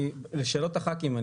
לשאלות חברי הכנסת.